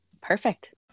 Perfect